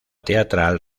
teatral